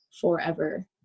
forever